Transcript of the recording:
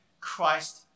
Christ